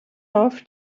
off